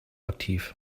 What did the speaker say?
aktiv